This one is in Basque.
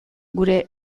gure